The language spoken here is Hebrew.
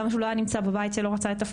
גם כשהוא היה נמצא בבית הוא לא רצה לתפקד,